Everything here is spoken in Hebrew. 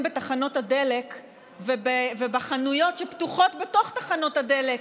בתחנות הדלק ובחנויות שפתוחות בתוך תחנות הדלק,